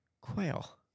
Quail